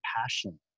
passion